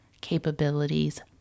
capabilities